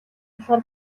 болохоор